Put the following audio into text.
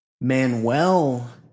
Manuel